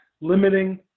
limiting